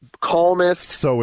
calmest